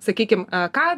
sakykim ką